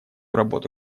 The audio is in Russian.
работы